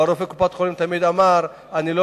ורופא קופת-החולים תמיד אמר: אני לא